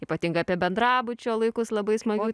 ypatingai apie bendrabučio laikus labai smagių